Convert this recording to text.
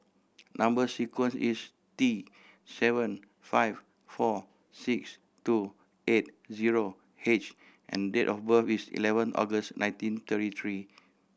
number sequence is T seven five four six two eight zero H and date of birth is eleven August nineteen thirty three